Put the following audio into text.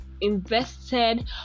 invested